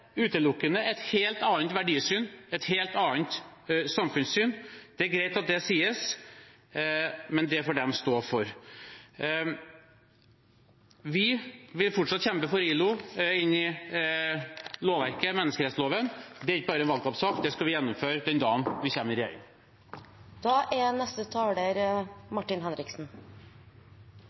utelukkende et helt annet verdisyn, et helt annet samfunnssyn. Det er greit at det sies, men det får de stå for. Vi vil fortsatt kjempe for ILO inn i lovverket, menneskerettsloven. Det er ikke bare en valgkampsak, det skal vi gjennomføre den dagen vi kommer i regjering.